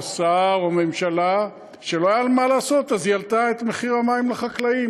שר או ממשלה שלא היה לה מה לעשות ואז היא העלתה את מחיר המים לחקלאים.